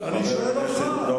אני שואל אותך.